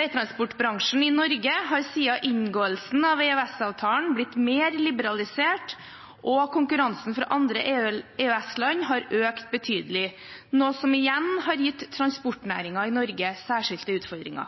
Veitransportbransjen i Norge har siden inngåelsen av EØS-avtalen blitt mer liberalisert, og konkurransen fra andre EØS-land har økt betydelig, noe som igjen har gitt transportnæringen i